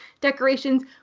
decorations